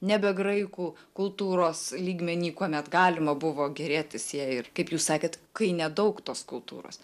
nebe graikų kultūros lygmeny kuomet galima buvo gėrėtis jei ir kaip jūs sakėt kai nedaug tos kultūros